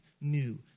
new